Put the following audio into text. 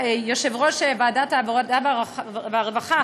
יושב-ראש ועדת העבודה והרווחה,